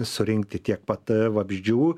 surinkti tiek pat vabzdžių